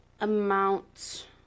amount